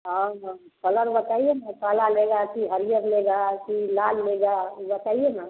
हाँ हाँ कलर बताइए न काला लेगा कि हरी लेगा कि लाल लेगा वो बताइए ना